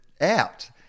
out